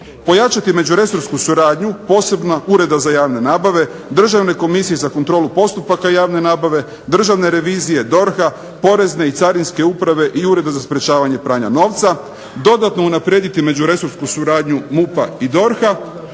Pojačati međuresorsku suradnju posebno Ureda za javne nabave, Državne komisije za kontrolu postupaka javne nabave, Državne revizije, DORH-a, Porezne i Carinske uprave i Ureda za sprječavanje pranja novca. Dodatno unaprijediti međuresorsku suradnju MUP-a i DORH-a,